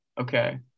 Okay